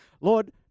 Lord